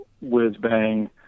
whiz-bang